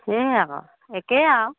সেয়ে আকৌ একেই আৰু